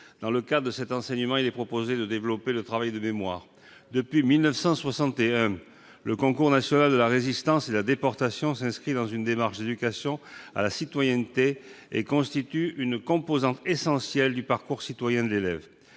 Dans le cadre de cet enseignement, il est proposé de développer le travail de mémoire. Depuis 1961, le concours national de la Résistance et de la Déportation, le CNRD, s'inscrit dans une démarche d'éducation à la citoyenneté et constitue une composante essentielle du parcours citoyen de l'élève.